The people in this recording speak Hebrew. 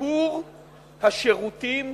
שיפור השירותים